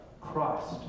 Christ